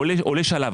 אני עכשיו עולה שלב.